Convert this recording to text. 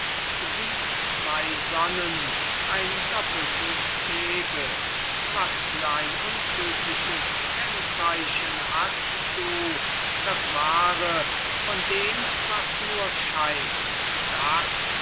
sieht zwo sonnen ein doppeltes thebe was für ein untrügliches kennzeichen hast du das wahre von dem was nur scheint das